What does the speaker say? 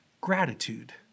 gratitude